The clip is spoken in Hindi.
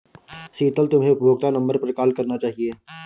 शीतल, तुम्हे उपभोक्ता नंबर पर कॉल करना चाहिए